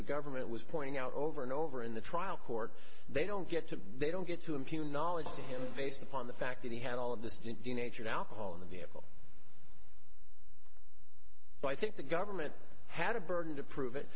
the government was pointing out over and over in the trial court they don't get to they don't get to impugn knowledge to him based upon the fact that he had all of this nature of alcohol in the vehicle but i think the government had a burden to prove it